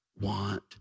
want